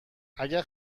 اگه